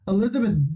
Elizabeth